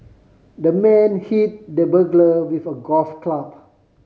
the man hit the burglar with a golf club